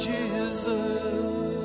Jesus